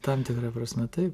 tam tikra prasme taip